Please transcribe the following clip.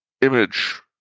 image